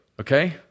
Okay